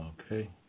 Okay